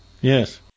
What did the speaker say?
Yes